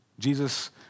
Jesus